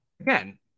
Again